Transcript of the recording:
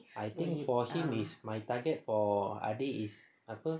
I think for him is my target for adik is apa